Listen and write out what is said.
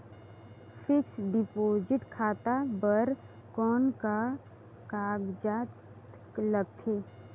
Fixed deposit खाता बर कौन का कागजात लगथे?